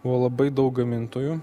buvo labai daug gamintojų